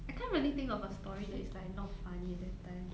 I can't really think of a story that is like not funny at that time